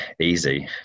easy